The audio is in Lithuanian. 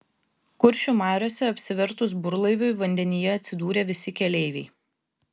kuršių mariose apsivertus burlaiviui vandenyje atsidūrė visi keleiviai